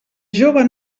jove